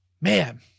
Man